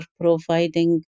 providing